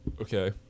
Okay